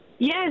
Yes